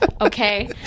okay